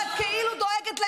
ואת כאילו דואגת לנשים.